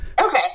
Okay